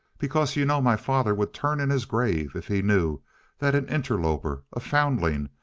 because you know my father would turn in his grave if he knew that an interloper, a foundling,